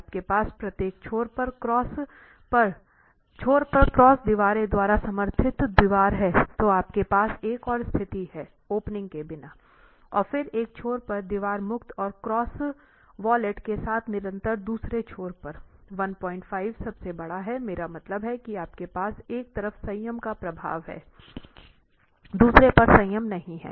यदि आपके पास प्रत्येक छोर पर क्रॉस दीवारों द्वारा समर्थित दीवार है तो आपके पास एक और स्थिति है ओपनिंग के बिना और फिर एक छोर पर दीवार मुक्त और क्रॉस वॉलेट के साथ निरंतर दूसरे छोर पर 15 सबसे बड़ा हैं मेरा मतलब है कि आपके पास एक तरफ संयम का प्रभाव है दूसरे पर संयम नहीं हैं